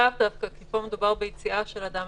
לאו דווקא כי פה מדובר על יציאה של אדם